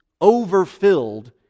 overfilled